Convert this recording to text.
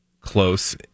close